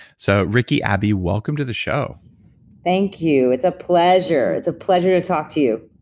so, ricki, abby, welcome to the show thank you. it's a pleasure. it's a pleasure to talk to you